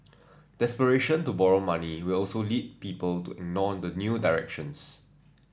desperation to borrow money will also lead people to ignore the new directions